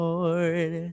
Lord